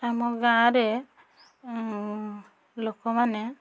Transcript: ଆମ ଗାଁରେ ଲୋକମାନେ